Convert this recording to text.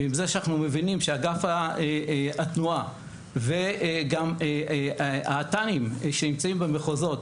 ועם זה שאנחנו מבינים שאגף התנועה וגם --- שנמצאים במחוזות,